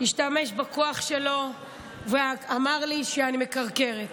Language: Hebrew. השתמש בכוח שלו ואמר לי שאני מקרקרת.